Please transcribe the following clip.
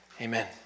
Amen